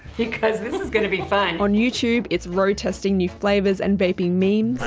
because this is going to be fun. on youtube, it's road testing new flavors and vaping memes.